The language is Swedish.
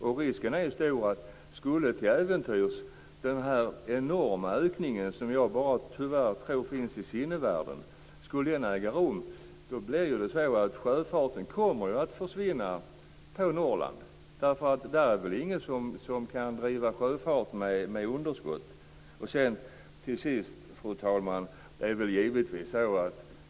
Om den här enorma ökningen, som jag tror tyvärr inte finns i sinnevärlden, äger rum är ju risken stor för att sjöfarten på Norrland kommer att försvinna. Det finns väl ingen som kan driva sjöfart med underskott. Fru talman!